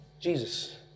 Jesus